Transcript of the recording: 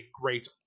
great